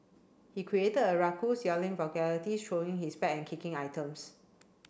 he created a ruckus yelling vulgarity throwing his bag and kicking items